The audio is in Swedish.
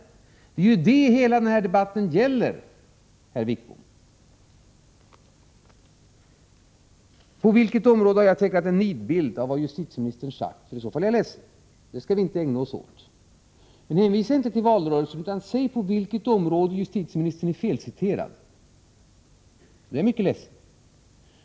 Det är ju detta hela den här debatten gäller, herr Wickbom! På vilket område har jag tecknat en nidbild av vad justitieministern sagt? Har jag gjort det är jag ledsen. Sådant skall vi inte ägna oss åt. Hänvisa inte till valrörelsen, utan säg på vilket område justitieministern är felciterad! I så fall är jag mycket ledsen.